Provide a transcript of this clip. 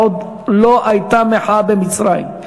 עוד לא הייתה מחאה במצרים.